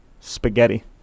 spaghetti